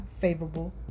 favorable